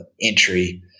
entry –